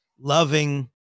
loving